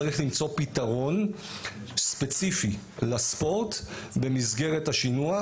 צריך למצוא פתרון ספציפי לספורט במסגרת השינוי,